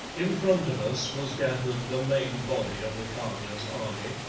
in front of us was gathered the main body of the khania's army,